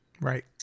Right